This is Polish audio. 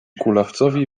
kulawcowi